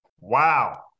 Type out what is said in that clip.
Wow